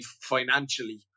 financially